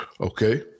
Okay